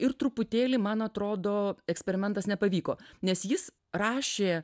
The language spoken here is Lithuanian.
ir truputėlį man atrodo eksperimentas nepavyko nes jis rašė